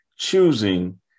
choosing